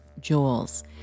Jewels